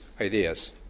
ideas